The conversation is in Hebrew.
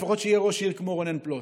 לפחות שיהיה ראש עיר כמו רונן פלוט.